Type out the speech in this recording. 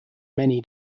many